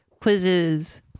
quizzes